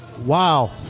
Wow